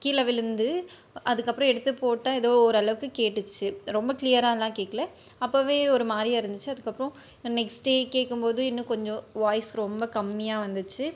கீழே விழுந்து அதுக்கப்புறம் எடுத்து போட்டேன் ஏதோ ஓரளவுக்கு கேட்டுச்சு ரொம்ப கிளியராகலாம் கேட்கல அப்போவே ஒருமாரியாக இருந்துச்சு அதுக்கப்புறம் நெக்ஸ்ட் டே கேட்கும் போது இன்னும் கொஞ்சம் வாய்ஸ் ரொம்ப கம்மியாக வந்துச்சு